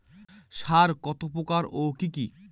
সার কত প্রকার ও কি কি?